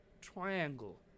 triangle